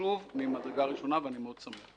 חשוב ממדרגה ראשונה ואני שמח מאוד.